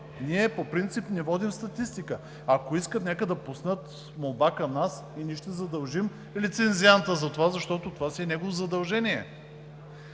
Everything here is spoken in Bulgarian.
ние по принцип не водим статистика. Ако искат, нека да пуснат молба към нас и ние ще задължим лицензианта за това, защото това си е негово задължение.